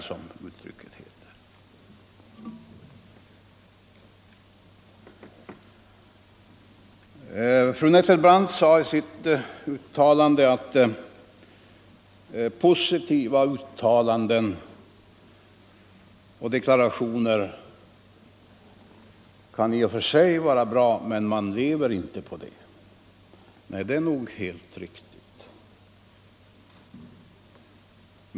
Fru Nettelbrandt sade att positiva uttalanden och deklarationer i och för sig kan vara bra, men att man inte lever på det. Nej, det är nog alldeles riktigt.